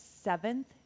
seventh